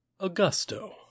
augusto